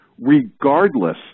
regardless